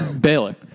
Baylor